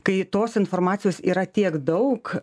kai tos informacijos yra tiek daug